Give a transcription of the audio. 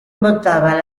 montaba